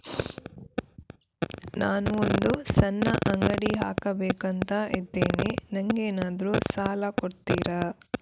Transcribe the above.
ನಾನು ಒಂದು ಸಣ್ಣ ಅಂಗಡಿ ಹಾಕಬೇಕುಂತ ಇದ್ದೇನೆ ನಂಗೇನಾದ್ರು ಸಾಲ ಕೊಡ್ತೀರಾ?